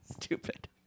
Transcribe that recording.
Stupid